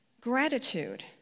gratitude